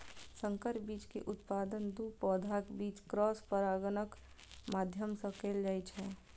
संकर बीज के उत्पादन दू पौधाक बीच क्रॉस परागणक माध्यम सं कैल जाइ छै